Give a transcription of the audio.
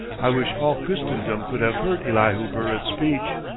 i wish all christendom could have heard elihu burritt's speech.